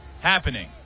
happening